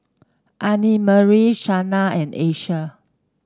Annemarie Shana and Asia